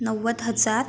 नव्वद हजार